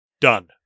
Done